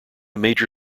major